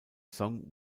song